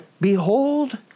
Behold